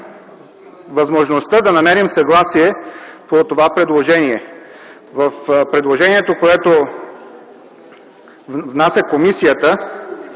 възможността да намерим съгласие по това предложение. В предложението, което внася комисията,